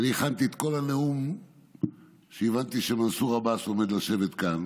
כי הכנתי את כל הנאום כשהבנתי שמנסור עבאס עומד לשבת כאן,